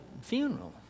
funeral